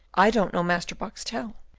i don't know master boxtel,